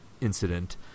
incident